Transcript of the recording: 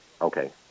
Okay